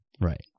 Right